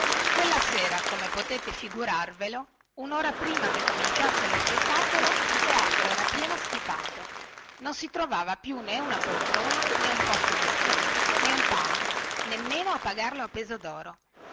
quella sera come potete figurarvelo unora prima che cominciasse lo spettacolo il teatro era pieno stipato non si trovava più né un posto distinto né un palco nemmeno a pagarlo a peso doro